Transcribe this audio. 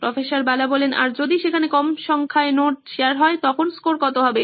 প্রফ্ বালা আর যদি সেখানে কম সংখ্যায় নোট শেয়ার হয় তখন স্কোর কত হবে